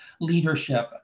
leadership